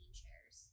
chairs